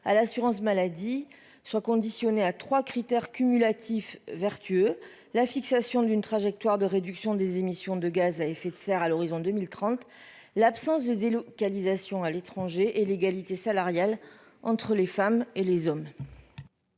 à l'assurance maladie soit conditionnée à trois critères cumulatifs vertueux la fixation d'une trajectoire de réduction des émissions de gaz à effet de serre à l'horizon 2030, l'absence de délocalisation à l'étranger et l'égalité salariale entre les femmes et les hommes.